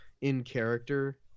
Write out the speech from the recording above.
in-character